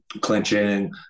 clinching